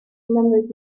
remembers